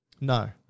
No